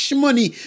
money